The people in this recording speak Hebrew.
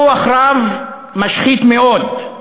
כוח רב משחית מאוד.